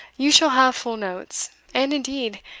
you shall have full notes and, indeed,